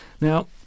Now